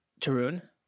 Tarun